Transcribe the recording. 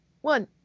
one